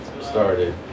started